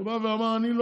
שבא ואמר: אני,